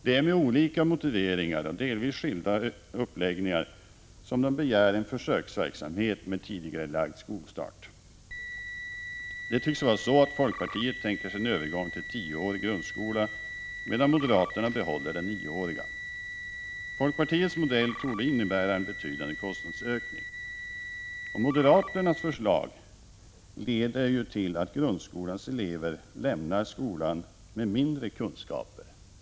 Det är med olika motiveringar och delvis skilda uppläggningar som de begär en försöksverksamhet med tidigarelagd skolstart. Det tycks vara så, att folkpartiet tänker sig en övergång till tioårig grundskola, medan moderaterna behåller den nioåriga. Folkpartiets modell torde innebära en betydande kostnadsökning. Moderaternas förslag leder till att grundskolans elever lämnar skolan med mindre kunskaper.